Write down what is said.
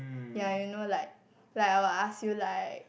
ya you know like like I will ask you like